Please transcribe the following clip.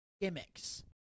gimmicks